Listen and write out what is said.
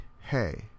hey